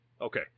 Okay